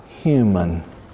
human